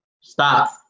Stop